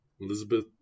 Elizabeth